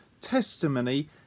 testimony